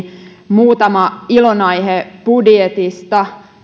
muutama ilonaihe budjetista